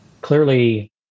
clearly